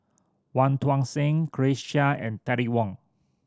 Wong Tuang Seng Grace Chia and Terry Wong